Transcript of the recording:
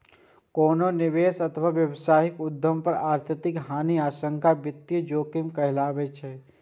कोनो निवेश अथवा व्यावसायिक उद्यम पर आर्थिक हानिक आशंका वित्तीय जोखिम कहाबै छै